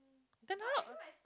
cannot